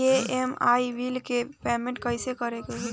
EMI bill के payment कइसे करे के होई?